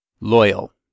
Loyal